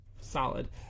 solid